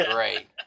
Great